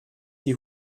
die